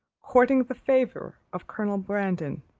courting the favour of colonel brandon,